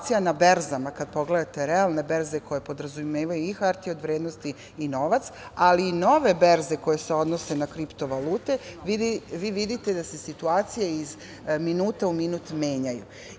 Situacija na berzama, kada pogledate realne berze koje podrazumevaju i hartije od vrednosti i novac, ali i nove berze koje se odnose na kripto valute, vi vidite da se situacija iz minuta u minut menjaju.